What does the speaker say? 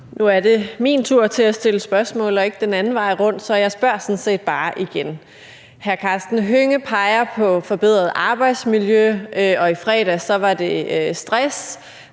Nu er det min tur til at stille spørgsmål og ikke den anden vej rundt, så jeg spørger sådan set bare igen. Hr. Karsten Hønge peger på forbedret arbejdsmiljø, og i fredags var det stress;